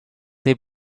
they